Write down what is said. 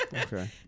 okay